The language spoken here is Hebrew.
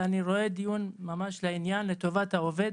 ואני רואה דיון ממש לעניין לטובת העובד,